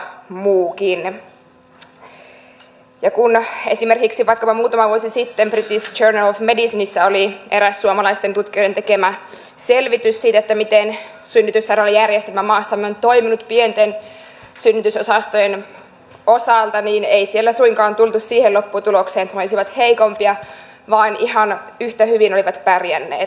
kun esimerkiksi muutama vuosi sitten british journal of medicinessä oli eräs suomalaisten tutkijoiden tekemä selvitys siitä miten synnytyssairaalajärjestelmä maassamme on toiminut pienten synnytysosastojen osalta niin ei siellä suinkaan tultu siihen lopputulokseen että ne olisivat heikompia vaan ihan yhtä hyvin olivat pärjänneet